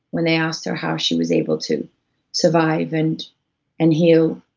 when they asked her how she was able to survive and and heal,